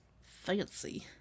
Fancy